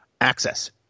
access